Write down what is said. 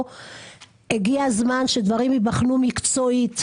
הגיע הזמן שדברים ייבחנו מקצועית,